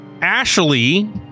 Ashley